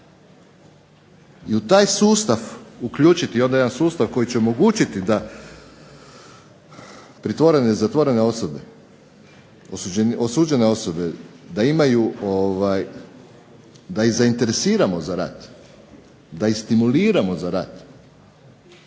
I u taj sustav uključiti onda jedan sustav koji će omogućiti da pritvorene i zatvorene osobe, osuđene osobe, da imaju, da ih zainteresiramo za rad, da ih stimuliramo za rad,